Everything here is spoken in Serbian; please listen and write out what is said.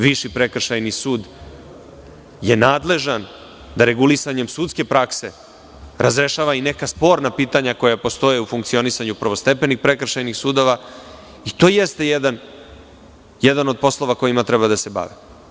Viši prekršajni sud je nadležan da regulisanjem sudske prakse razrešava i neka sporna pitanja koja postoje u funkcionisanju prvostepenih prekršajnih sudova i to jeste jedan od poslova kojima treba da se bavi.